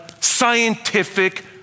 scientific